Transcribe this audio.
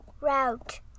Route